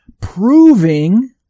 proving